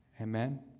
Amen